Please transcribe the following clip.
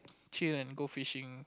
chill and go fishing